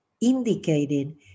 indicated